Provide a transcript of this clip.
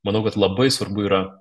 manau kad labai svarbu yra